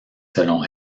selon